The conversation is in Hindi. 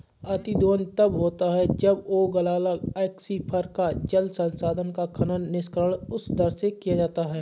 अतिदोहन तब होता है जब ओगलाला एक्वीफर, जल संसाधन का खनन, निष्कर्षण उस दर से किया जाता है